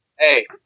Hey